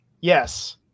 Yes